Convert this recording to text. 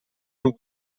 lui